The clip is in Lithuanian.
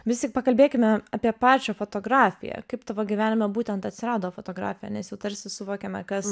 vis tik pakalbėkime apie pačią fotografiją kaip tavo gyvenime būtent atsirado fotografija nes jau tarsi suvokiame kas